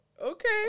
Okay